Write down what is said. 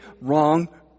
wrong